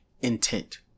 intent